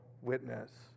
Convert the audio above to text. witness